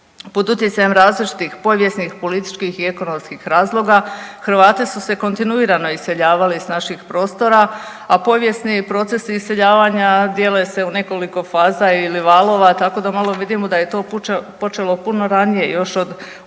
Pod utjecajem različitih povijesnih, političkih i ekonomskih razloga Hrvati su se kontinuirano iseljavali s naših prostora, a povijesni procesi iseljavanja dijele se u nekoliko faza ili valova tako da malo vidimo da je to počelo puno ranije još od Turskih